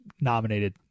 nominated